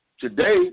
today